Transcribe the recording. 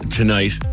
tonight